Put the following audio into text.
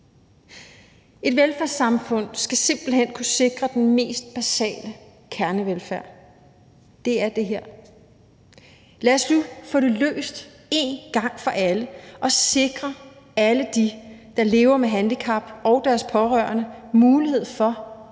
Et velfærdssamfund skal simpelt hen kunne sikre den mest basale kernevelfærd. Det er det her. Lad os nu få det løst en gang for alle og sikre alle dem, der lever med handicap, og deres pårørende mulighed for at være herre